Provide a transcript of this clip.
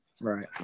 Right